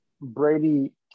Brady